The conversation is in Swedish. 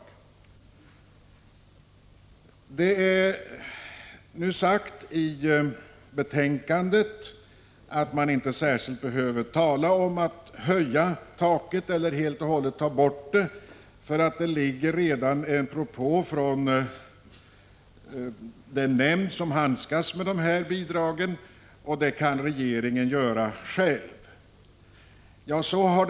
I betänkandet sägs nu att det inte särskilt behöver talas om en höjning av taket eller ett borttagande av detta, därför att det redan finns en propå från den nämnd som handskas med dessa bidrag, och regeringen alltså kan sköta saken själv.